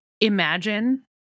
imagine